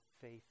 faith